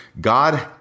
God